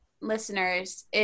listeners